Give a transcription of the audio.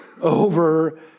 over